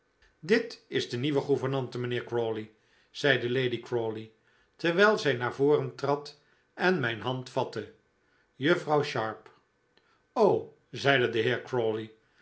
dit is de nieuwe gouvernante mijnheer crawley zeide lady crawley terwijl zij naar voren trad en mijn hand vatte juffrouw sharp o zeide de